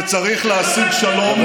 שצריך להשיג שלום,